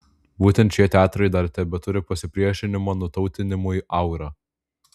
būtent šie teatrai dar tebeturi pasipriešinimo nutautinimui aurą